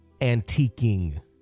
antiquing